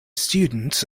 students